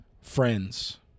friends